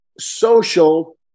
Social